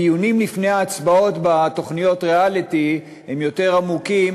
הדיונים לפני ההצבעות בתוכניות הריאליטי יותר עמוקים